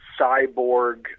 cyborg